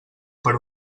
per